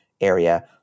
area